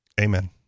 Amen